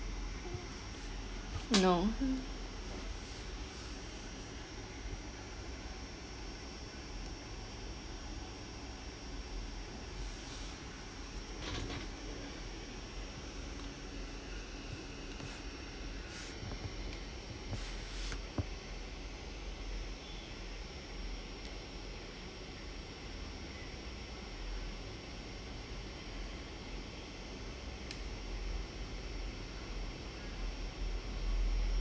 no